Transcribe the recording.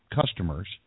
customers